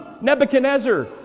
Nebuchadnezzar